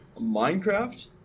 Minecraft